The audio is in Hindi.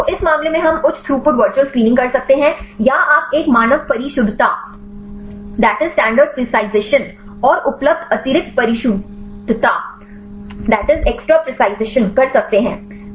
तो इस मामले में हम उच्च थ्रूपुट वर्चुअल स्क्रीनिंग कर सकते हैं या आप एक मानक परिशुद्धता और उपलब्ध अतिरिक्त परिशुद्धता कर सकते हैं